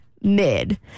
mid